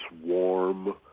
warm